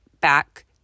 back